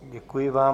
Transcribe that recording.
Děkuji vám.